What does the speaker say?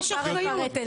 יש אחריות.